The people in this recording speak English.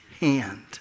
hand